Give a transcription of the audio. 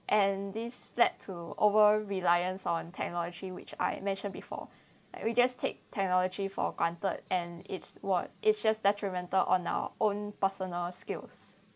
and this led to over reliance on technology which I mentioned before like we just take technology for granted and it's what it's just detrimental on our own personal skills